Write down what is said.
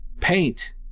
paint